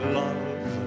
love